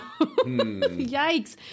Yikes